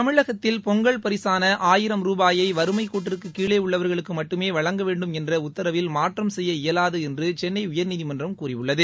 தமிழகத்தில் பொங்கல் பரிசான ஆயிரம் ரூபாயை வறுமைக் கோட்டிற்கு கீழே உள்ளவர்களுக்கு மட்டுமே வழங்க வேண்டும் என்ற உத்தரவில் மாற்றம் செய்ய இயலாது என்று சென்னை உயர்நீதிமன்றம் கூறியுள்ளது